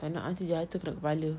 tak nak ah nanti jatuh kena kepala